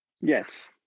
Yes